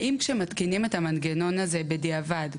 כשמתקינים את המנגנון הזה בדיעבד,